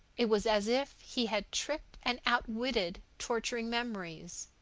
it was as if he had tricked and outwitted torturing memories,